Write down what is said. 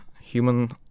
human